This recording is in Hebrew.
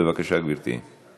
בבקשה, גברתי.